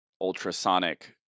ultrasonic